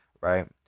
right